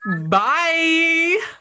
Bye